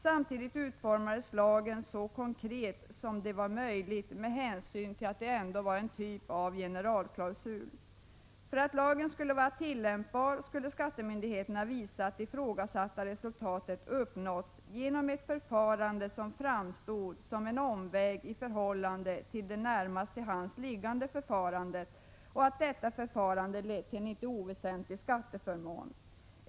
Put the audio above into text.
Samtidigt utformades lagen så konkret som möjligt med hänsyn till att det ändå var en typ av generalklausul. För att lagen skulle vara tillämpbar skulle skattemyndigheterna visa att det ifrågasatta resultatet uppnåtts genom ett förfarande som framstod som en omväg i förhållande till det närmast till hands liggande och att detta förfarande lett till en icke oväsentlig skatteför mån.